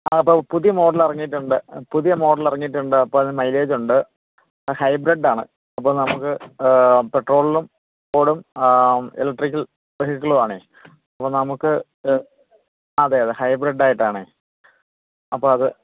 അത് അപ്പോൾ പുതിയ മോഡൽ ഇറങ്ങിയിട്ടുണ്ട് പുതിയ മോഡൽ ഇറങ്ങിയിട്ടുണ്ട് അപ്പം അത് മൈലേജ് ഉണ്ട് ഹൈബ്രിഡ് ആണ് അപ്പോൾ നമുക്ക് പെട്രോളും ഓടും ഇലക്ട്രിക്കൽ വെഹിക്കിളുമാണ് അപ്പം നമുക്ക് അതെയതെ ഹൈബ്രിടായിട്ടാണ് അപ്പം അത്